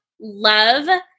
love